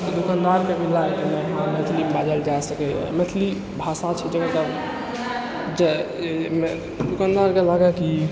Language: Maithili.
दोकानदारके भी लागतै हँ मैथिलीमे बाजल जा सकैए मैथिली भाषा छै जाबै तक जे दोकानदारके लागै कि